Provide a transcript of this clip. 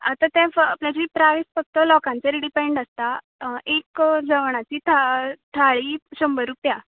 आता तें फक तेजी प्रायज फक्त लोकांचेर डिपेंड आसता एक जेवणाची थाळ थाळी शंबर रुपया